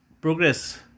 progress